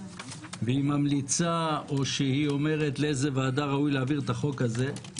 והיא ממליצה או אומרת לאיזו ועדה ראוי להעביר את החוק הזה.